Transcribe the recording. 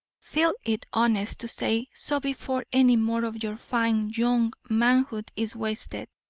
feel it honest to say so before any more of your fine, young manhood is wasted.